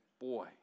boy